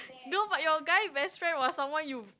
no but your guy best friend was someone you